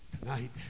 tonight